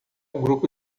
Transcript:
grupo